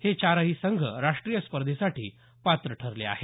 हे चारही संघ राष्ट्रीय स्पर्धेसाठी पात्र ठरले आहेत